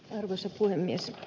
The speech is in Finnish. arvoisa puhemies